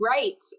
Right